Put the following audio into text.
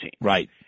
Right